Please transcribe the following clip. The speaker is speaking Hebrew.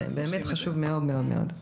זה באמת חשוב מאוד מאוד.